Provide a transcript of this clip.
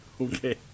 Okay